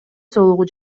соолугу